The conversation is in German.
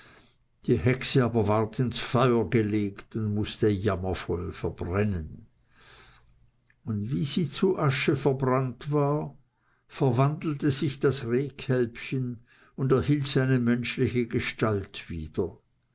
die hexe aber ward ins feuer gelegt und mußte jammervoll verbrennen und wie sie zu asche verbrannt war verwandelte sich das rehkälbchen und erhielt seine menschliche gestalt wieder